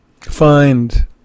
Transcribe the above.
Find